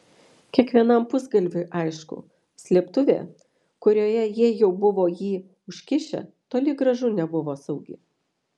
kiekvienam pusgalviui aišku slėptuvė kurioje jie jau buvo jį užkišę toli gražu nebuvo saugi